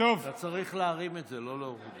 מדינת ישראל הדמוקרטית הפכה למדינת משטרה בחסות מפלגת העבודה